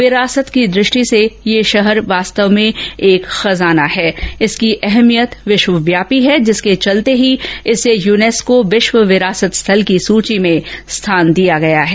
विरासत की दृष्टि से यह शहर वास्तव में एक खजाना है इसकी अहमियत विश्वव्यापी है जिसके चलते ही इसे यूनेस्को विश्व विरासत स्थल की सूची में स्थान दिया गया है